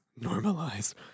Normalize